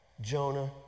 Jonah